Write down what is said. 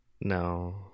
No